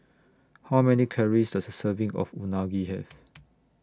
How Many Calories Does A Serving of Unagi Have